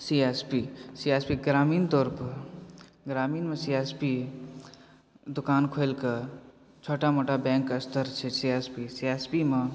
C S P C S P ग्रामीण तौरपर ग्रामीणमे सी एस पी दोकान खोलिके छोटा मोटा बैंकके स्तर छै C S P C S P मे